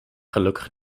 gelukkig